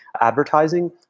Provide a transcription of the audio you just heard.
advertising